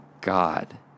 God